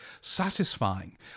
satisfying